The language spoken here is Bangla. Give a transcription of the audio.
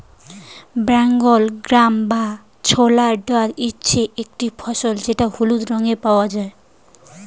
বেঙ্গল গ্রাম বা ছোলার ডাল হচ্ছে একটি ফসল যেটা হলুদ রঙে পাওয়া যায়